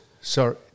Sorry